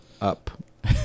up